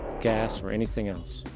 gas or anything else.